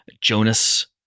Jonas